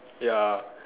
ya